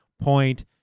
point